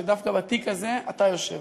שדווקא בתיק הזה אתה יושב.